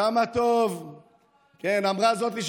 כמה טוב, נכון.